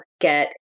get